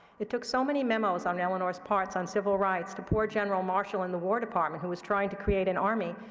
it took so many memos on eleanor's part part on civil rights to poor general marshall in the war department, who was trying to create an army,